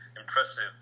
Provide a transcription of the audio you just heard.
impressive